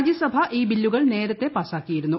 രാജൃസഭ ഈ ബില്ലുകൾ നേരത്തെ പാസാക്കിയിരുന്നു